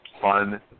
fun